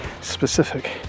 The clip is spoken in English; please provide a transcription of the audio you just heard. specific